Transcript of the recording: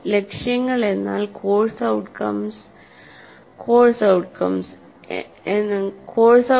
ലക്ഷ്യങ്ങൾ എന്നാൽ course outcomes ആണ്